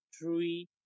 three